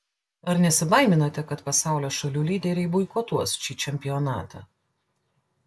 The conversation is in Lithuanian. ar nesibaiminate kad pasaulio šalių lyderiai boikotuos šį čempionatą